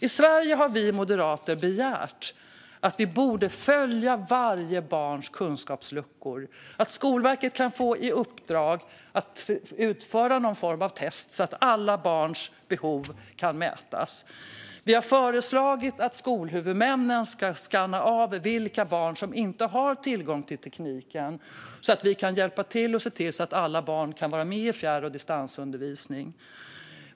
I Sverige har vi moderater begärt att vi ska följa varje barns kunskapsluckor. Skolverket borde få i uppdrag att utföra någon form av test så att alla barns behov kan mätas. Vi har föreslagit att skolhuvudmännen ska skanna av vilka barn som inte har tillgång till tekniken, så att vi kan hjälpa till så att alla barn kan vara med på fjärr och distansundervisning.